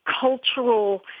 cultural